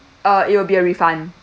uh it will be a refund